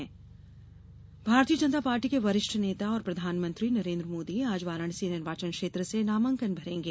मोदी नामांकन भारतीय जनता पार्टी के वरिष्ठ नेता और प्रधानमंत्री नरेन्द्र मोदी आज वाराणसी निर्वाचन क्षेत्र से नामांकन भरेंगे